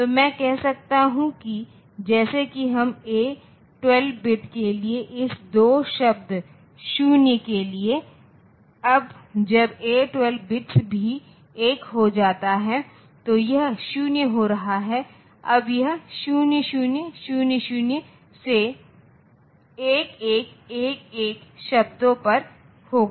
तो मैं कह सकता हूं कि जैसे कि हम A12 बिट के लिए इस 2 शब्द 0 के लिए अब जब A12 बिट्स भी 1 हो जाता है तो यह 0 हो रहा है अब यह 0000 से 1111 शब्दों पर होगा